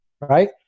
right